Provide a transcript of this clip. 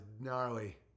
gnarly